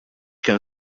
kemm